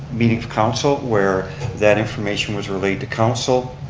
meeting for council where that information was relayed to council.